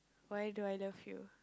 why do I love you